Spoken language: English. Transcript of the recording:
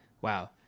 Wow